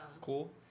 Cool